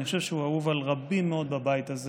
אני חושב שהוא אהוב על רבים מאוד בבית הזה,